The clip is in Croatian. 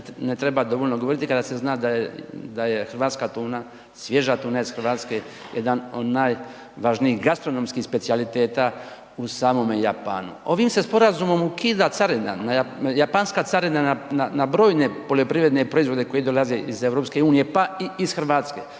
Ne treba dovoljno govoriti kada se zna da je hrvatska tuna, svježa tuna ih Hrvatske, jedan od najvažnijih gastronomskih specijaliteta u samome Japanu. Ovim se sporazumom ukida carina, japanska carina na brojne poljoprivredne proizvode koji dolaze iz EU, pa i iz Hrvatske.